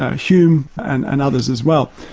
ah hume, and and others as well.